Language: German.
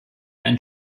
ein